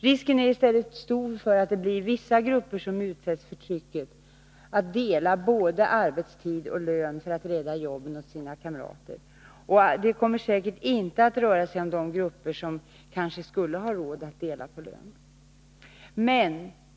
Risken är i stället stor för att det blir vissa grupper som utsätts för trycket att dela på både arbetstid och lön för att rädda jobben åt sina kamrater, och det kommer säkert inte att röra sig om de grupper som kanske skulle ha råd att dela på lönen.